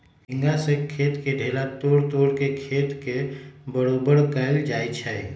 हेंगा से खेत के ढेला तोड़ तोड़ के खेत के बरोबर कएल जाए छै